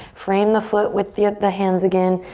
frame the foot with the the hands again,